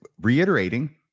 reiterating